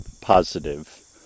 positive